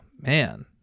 Man